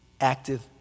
active